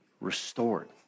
restored